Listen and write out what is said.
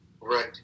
Right